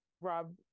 rob